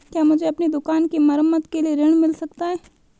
क्या मुझे अपनी दुकान की मरम्मत के लिए ऋण मिल सकता है?